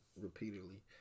repeatedly